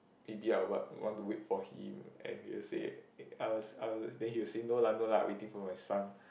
maybe I'll what want to wait for him and he will say eh I was I was then he will say no lah no lah I waiting for my son